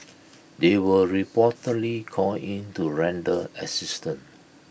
they were reportedly called in to render assistance